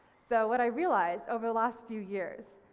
so what i realised over the last few years,